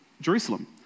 Jerusalem